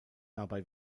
dabei